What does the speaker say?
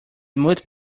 mute